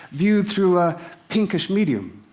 viewed through a pinkish medium.